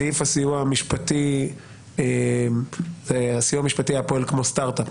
סעיף הסיוע המשפטי היה פועל כמו סטארט אפ,